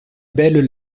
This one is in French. belles